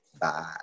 Bye